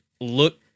look